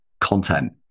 content